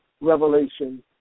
revelation